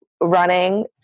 running